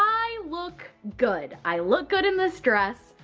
i look good. i look good in this dress.